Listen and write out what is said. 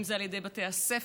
אם זה על ידי בתי הספר,